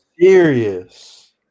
Serious